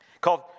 called